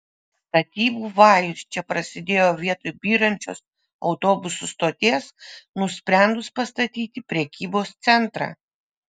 statybų vajus čia prasidėjo vietoj byrančios autobusų stoties nusprendus pastatyti prekybos centrą